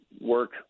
work